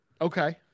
Okay